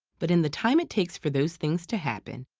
but in the time it takes for those things to happen,